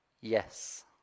Yes